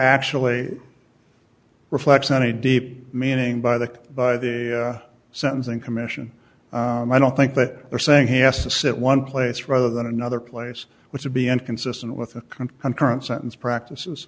actually reflects on a deep meaning by the by the sentencing commission and i don't think that they're saying he has to sit one place rather than another place which would be inconsistent with the current sentence practices